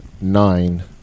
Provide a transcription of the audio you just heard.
Nine